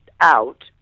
out